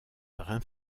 brun